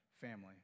family